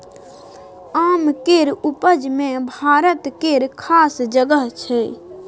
आम केर उपज मे भारत केर खास जगह छै